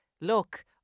look